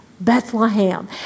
Bethlehem